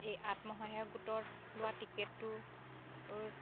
এই আত্মসহায়ক গোটত লোৱা টিকেটটো